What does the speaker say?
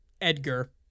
Edgar